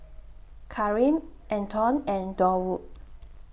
Karim Antone and Durwood